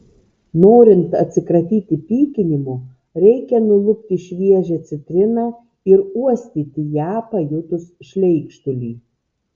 norint atsikratyti pykinimo reikia nulupti šviežią citriną ir uostyti ją pajutus šleikštulį